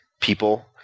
people